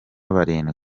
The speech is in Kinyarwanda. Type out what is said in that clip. barindwi